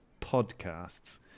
Podcasts